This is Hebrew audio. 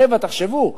רבע, תחשבו.